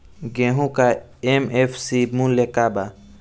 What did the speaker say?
गेहू का एम.एफ.सी मूल्य का बा?